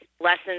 lessons